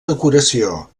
decoració